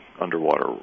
underwater